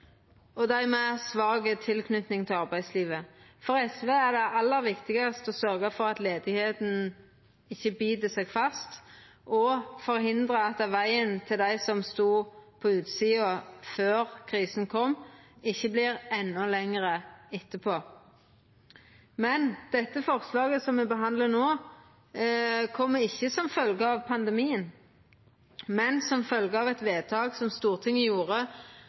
og dei med svak tilknyting til arbeidslivet. For SV er det aller viktigaste å sørgja for at arbeidsløysa ikkje bit seg fast og å forhindra at vegen til dei som stod på utsida før krisa kom, ikkje vert endå lengre etterpå. Denne proposisjonen me behandlar no, kjem ikkje som følgje av pandemien, men som følgje av eit vedtak som Stortinget gjorde